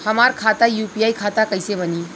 हमार खाता यू.पी.आई खाता कइसे बनी?